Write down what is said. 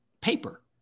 paper